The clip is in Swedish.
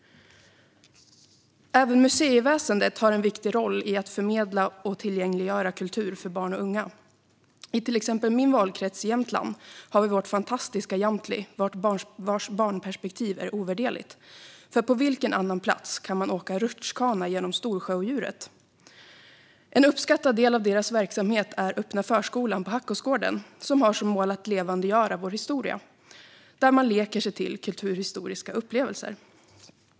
Även museiväsendet har en viktig roll i att förmedla och tillgängliggöra kultur för barn och unga. Till exempel har vi i min valkrets Jämtland vårt fantastiska Jamtli, vars barnperspektiv är ovärderligt. För på vilken annan plats kan man åka rutschkana genom Storsjöodjuret? En uppskattad del av verksamheten är öppna förskolan på Hackåsgården, som har som mål att levandegöra vår historia och där man leker sig till kulturhistoriska upplevelser.